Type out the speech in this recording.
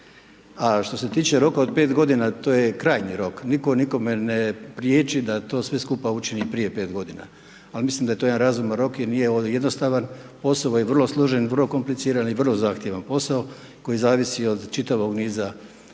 A što se tiče roka od 5 g., to je krajnji rok, nitko nikome ne prijeći da to sve skupa učini prije 5 g. Ali mislim da je to jedan razuman rok jer nije jednostavan. Posao je vrlo složen i vrlo kompliciran i vrlo zahtjevan posao koji zavisi od čitavog niza faktora